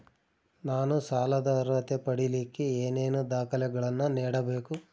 ನಾನು ಸಾಲದ ಅರ್ಹತೆ ಪಡಿಲಿಕ್ಕೆ ಏನೇನು ದಾಖಲೆಗಳನ್ನ ನೇಡಬೇಕು?